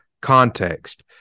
context